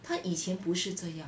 她以前不是这样